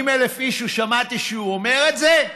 40,000 איש זכו, שמעתי שהוא אומר את זה,